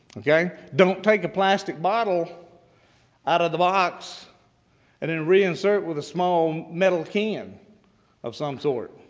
okay? don't take a plastic bottle out of the box and then reinsert with a small metal can of some sort.